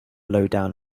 lowdown